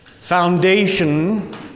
foundation